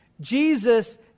Jesus